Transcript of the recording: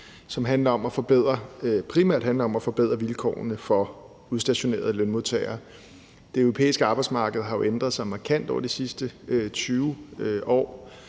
som primært handler om at forbedre vilkårene for udstationerede lønmodtagere. Det europæiske arbejdsmarked har ændret sig markant over de sidste 20 år,